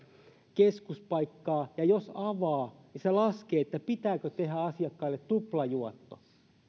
keskuspaikkaa ja jos avaa niin hän laskee pitääkö tehdä asiakkaille tuplajuotto